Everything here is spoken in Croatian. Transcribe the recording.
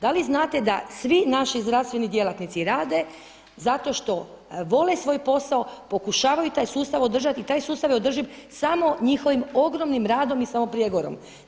Da li znate da svi naši zdravstveni djelatnici rade zato što vole svoj posao, pokušavaju taj sustav održati i taj sustav je održiv samo njihovim ogromnim radom i samo prijekorom.